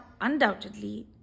undoubtedly